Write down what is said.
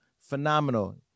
Phenomenal